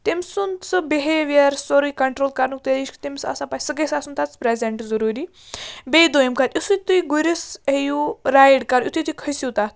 تٔمۍ سُنٛد سُہ بِہیویر سورُے کَنٹرٛول کَرنُک طریٖقہٕ چھُ تٔمِس آسان پَے سُہ گژھِ آسُن تَتھَس پرٮ۪زَنٹ ضروٗری بیٚیہِ دوٚیِم کَتھ یِتھُے تُہۍ گُرِس ہیٚیِو رایڈ کَرُن یُتھُے تُہۍ کھٔسِو تَتھ